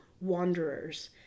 wanderers